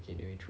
okay very true